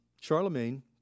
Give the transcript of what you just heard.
Charlemagne